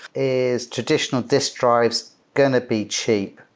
is traditional disk drives going to be cheap?